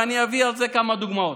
ואני אביא על זה כמה דוגמאות.